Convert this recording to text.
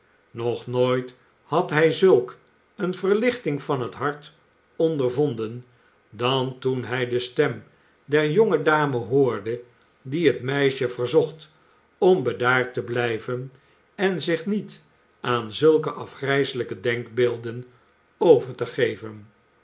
nog nooit had hij zulk een verlichting van het hart ondervonden dan toen hij de stem der jonge dame hoorde die het meisje verzocht om bedaard te blijven en zich niet aan zulke afgrijselijke denkbeelden over te geven